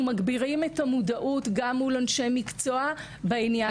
מגבירים את המודעות גם מול אנשי מקצוע בעניין הזה.